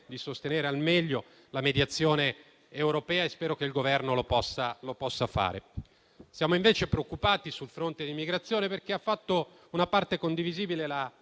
di sostenere al meglio la mediazione europea e spero che il Governo lo possa fare. Siamo invece preoccupati sul fronte dell'immigrazione perché la Presidente del